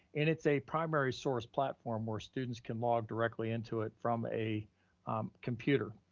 and it's a primary source platform where students can log directly into it from a computer.